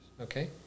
okay